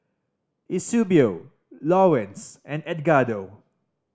Eusebio Lawerence and Edgardo